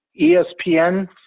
ESPN